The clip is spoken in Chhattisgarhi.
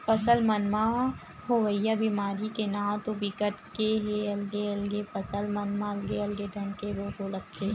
फसल मन म होवइया बेमारी के नांव तो बिकट के हे अलगे अलगे फसल मन म अलगे अलगे ढंग के रोग लगथे